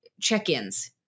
Check-ins